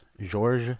george